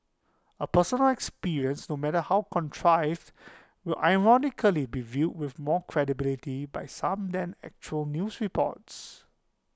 A personal experience no matter how contrived will ironically be viewed with more credibility by some than actual news reports